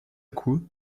coup